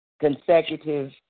consecutive